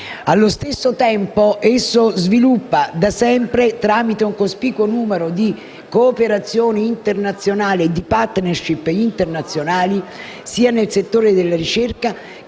Allo stesso tempo esso si sviluppa, da sempre, tramite un cospicuo numero di cooperazioni e di *partnership* internazionali, sia nel settore della ricerca,